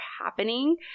happening